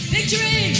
Victory